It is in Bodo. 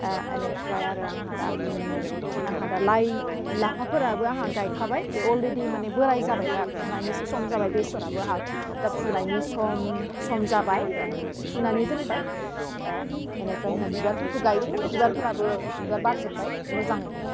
बेनिफ्राय आरो आंहा दा आंहा दा लाइ लाफाफोराबो आंहा गायखाबाय बे अलरिडि माने बोराइ जाबाय दा फुनायनिसो सम जाबाय बेसराबो हाब दा फुनायनि सम सम जाबाय एनिफ्रा फुनानै दोनबाय एम एनिफ्राय बिबारफोरखौ गायदोंमोन बिबारफोराबो बिबार बारजोब्बाय मोजाङैनो दं